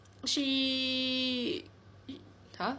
she !huh!